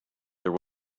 there